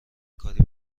کاری